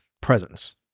presence